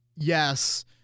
Yes